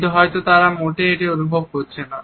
কিন্তু হয়তো তারা মোটেই এটিকে অনুভব করছে না